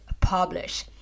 publish